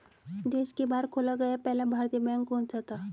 देश के बाहर खोला गया पहला भारतीय बैंक कौन सा था?